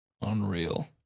unreal